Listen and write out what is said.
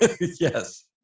Yes